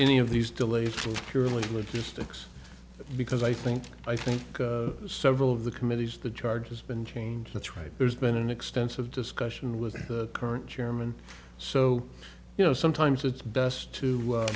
any of these delays for purely logistics because i think i think several of the committees the charge has been change that's right there's been an extensive discussion with the current chairman so you know sometimes it's best